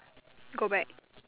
go back